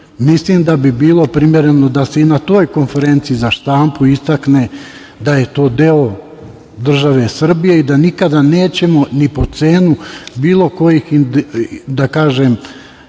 mislim da bi bilo primereno da se i na toj konferenciji za štampu istakne da je to deo države Srbije i da nikada nećemo ni po cenu bilo kojih, da kažem